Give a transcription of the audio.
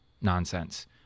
nonsense